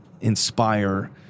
inspire